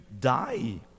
die